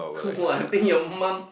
!wah! I think your mum